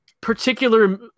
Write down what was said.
Particular